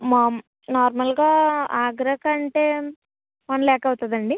ma'am నార్మల్గా ఆగ్రా కంటే one lakh అవుతుంది అండి